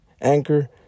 Anchor